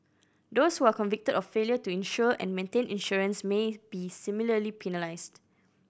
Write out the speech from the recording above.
those who are convicted of failure to insure and maintain insurance may be similarly penalised